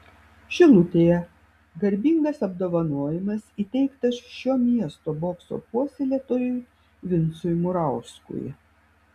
šilutėje garbingas apdovanojimas įteiktas šio miesto bokso puoselėtojui vincui murauskui